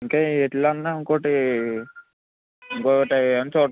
ఇంకా వేటిలో అయినా ఇంకోటి ఇంకోటి అయే చూత్